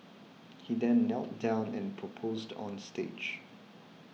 he then knelt down and proposed on stage